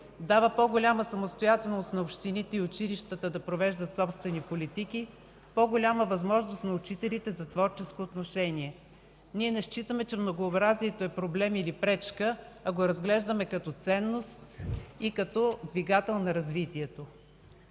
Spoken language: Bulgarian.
дава по-голяма самостоятелност на общините и училищата да провеждат собствени политики; по-голяма възможност на учителите за творческо отношение. Ние не считаме, че многообразието е проблем или пречка, а го разглеждаме като ценност и като двигател на развитието.